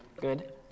good